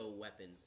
weapons